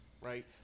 right